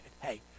Hey